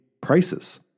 prices